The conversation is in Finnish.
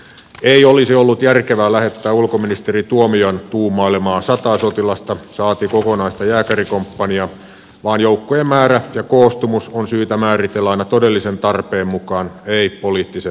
ei olisi ollut järkevää lähettää ulkoministeri tuomiojan tuumailemaa sataa sotilasta saati kokonaista jääkärikomppaniaa vaan joukkojen määrä ja koostumus on syytä määritellä aina todellisen tarpeen mukaan ei poliittisen lipunnäytön